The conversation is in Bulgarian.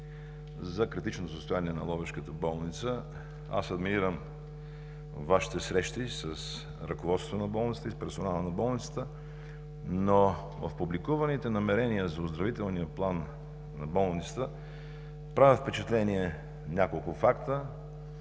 за критичното състояние на Ловешката болница. Аз адмирирам Вашите срещи с ръководството на болницата и с персонала на болницата, но в публикуваните намерения за оздравителния план на болницата правят впечатление няколко факта.